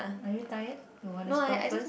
are you tired you want to stop first